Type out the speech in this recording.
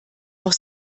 noch